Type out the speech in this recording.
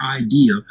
idea